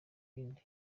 ibindi